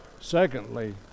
Secondly